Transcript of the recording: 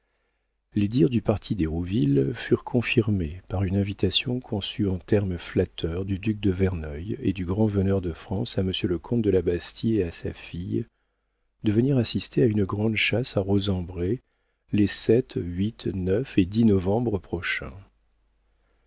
les dires du parti d'hérouville furent confirmés par une invitation conçue en termes flatteurs du duc de verneuil et du grand-veneur de france à monsieur le comte de la bastie et à sa fille de venir assister à une grande chasse à rosembray les sept neuf et novembre prochain